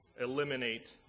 eliminate